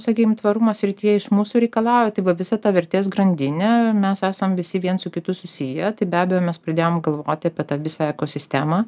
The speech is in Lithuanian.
sakykim tvarumo srityje iš mūsų reikalauja tai va visa ta vertės grandinė mes esam visi viens su kitu susiję tai be abejo mes pradėjom galvoti apie tą visą ekosistemą